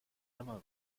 einmal